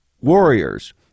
Warriors